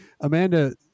Amanda